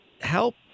Help